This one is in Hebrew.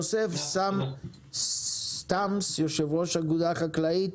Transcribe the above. יוסף סטמס בזום, יושב-ראש אגודה חקלאית,